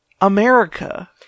America